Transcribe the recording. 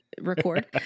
record